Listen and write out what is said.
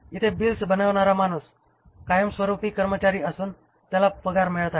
इथे बिल्स बनवणारा माणूस कायमस्वरूपी कर्मचारी असून त्याला पगार मिळत आहे